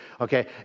Okay